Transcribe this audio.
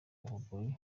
bugoyi